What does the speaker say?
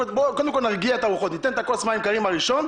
קודם כל נרגיע את הרוחות ניתן את הכוס מים קרים הראשון,